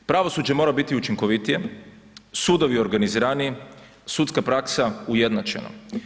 Pravosuđe mora biti učinkovitije, sudovi organiziraniji, sudska praksa ujednačena.